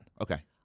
Okay